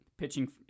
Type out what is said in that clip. pitching